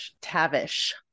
Tavish